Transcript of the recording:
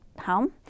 home